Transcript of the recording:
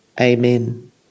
Amen